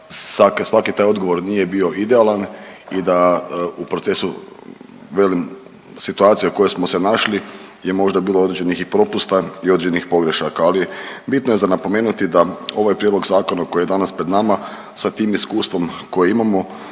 svaki taj odgovor nije bio idealan i da u procesu velim situacija u kojoj smo se našli je možda bilo i određenih propusta i određenih pogrešaka. Ali bitno je za napomenuti da ovaj prijedlog zakona koji je danas pred nama sa tim iskustvom koje imamo